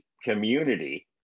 community